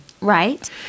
right